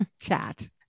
chat